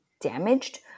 damaged